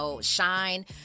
shine